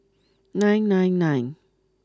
nine nine nine